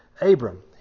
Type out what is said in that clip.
Abram